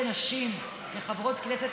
כנשים וחברות כנסת,